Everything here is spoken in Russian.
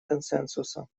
консенсуса